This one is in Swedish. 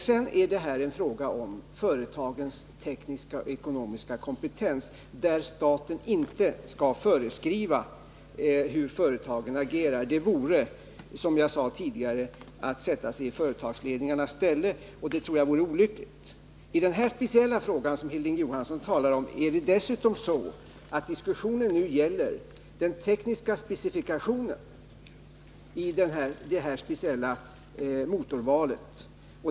Sedan är det fråga om företagens tekniska och ekonomiska kompetens. Där skall staten inte föreskriva hur företagen skall agera — det vore, som jag sade tidigare, att sätta sig i företagsledningarnas ställe, och det tror jag vore olyckligt. I den speciella fråga Hilding Johansson tar upp gäller diskussionen dessutom den tekniska specifikationen i det här speciella motorvalet.